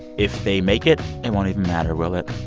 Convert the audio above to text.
if they make it, it won't even matter, will it?